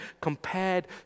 compared